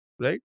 right